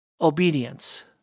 obedience